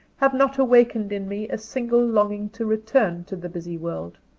have not awakened in me a single longing to return to the busy world.